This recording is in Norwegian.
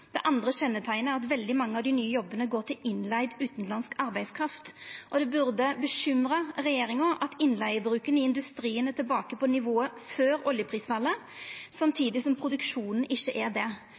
Det andre kjenneteiknet er at veldig mange av dei nye jobbane går til innleigd utanlandsk arbeidskraft. Det burde bekymra regjeringa at innleigebruken i industrien er tilbake på nivået før oljeprisfallet,